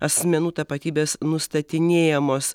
asmenų tapatybės nustatinėjamos